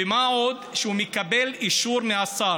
ומה עוד שהוא מקבל אישור מהשר.